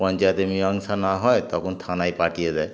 পঞ্চায়েতে মীমাংসা না হয় তখন থানায় পাঠিয়ে দেয়